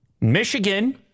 Michigan